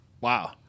Wow